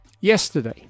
Yesterday